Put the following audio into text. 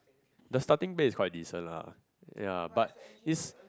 the starting pay is quite decent lah ya but is